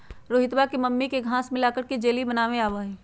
रोहितवा के मम्मी के घास्य मिलाकर जेली बनावे आवा हई